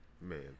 man